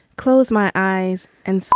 close my eyes and